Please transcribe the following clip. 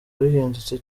bihindutse